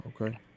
Okay